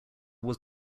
was